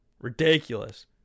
Ridiculous